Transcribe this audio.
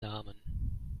namen